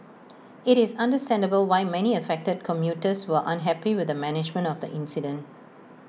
IT is understandable why many affected commuters were unhappy with the management of the incident